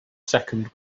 second